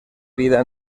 vida